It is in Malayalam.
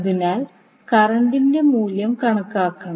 അതിനാൽ കറന്റിന്റെ മൂല്യം കണക്കാക്കണം